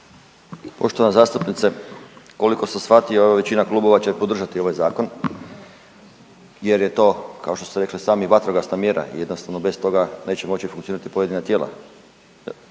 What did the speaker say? Poštovana zastupnice, koliko sam shvatio evo većina klubova će podržati ovaj zakon jer je to kao što ste sami rekli vatrogasna mjera i jednostavno bez toga neće moći funkcionirati pojedina tijela.